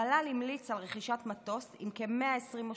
המל"ל המליץ על רכישת מטוס עם כ-120 מושבים,